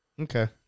Okay